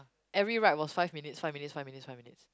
every ride was five minutes five minutes five minutes five minutes